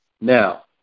Now